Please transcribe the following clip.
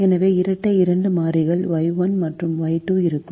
எனவே இரட்டை இரண்டு மாறிகள் Y1 மற்றும் Y2 இருக்கும்